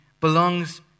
belongs